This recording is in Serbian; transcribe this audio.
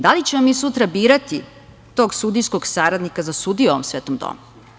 Da li ćemo mi sutra birati tog sudijskog saradnika za sudiju u ovom svetom domu?